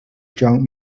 john